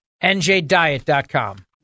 NJDiet.com